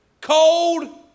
cold